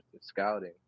scouting